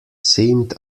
seemed